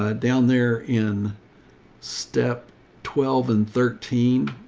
ah down there in step twelve and thirteen,